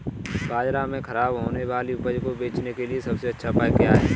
बाजार में खराब होने वाली उपज को बेचने के लिए सबसे अच्छा उपाय क्या है?